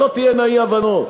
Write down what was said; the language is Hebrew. שלא תהיינה אי-הבנות.